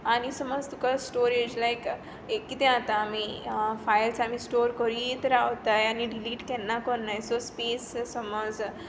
आनी समज तुका स्टोरेज लायक एक कितें जाता आमी डिलीट केन्ना कोन्नाय सो स्पेस समज